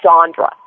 Sandra